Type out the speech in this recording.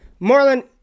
Marlon